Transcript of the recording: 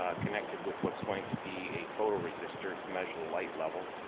ah connected with what's going to be a photoresistor to measure the light level.